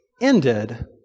ended